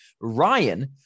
Ryan